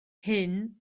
hyn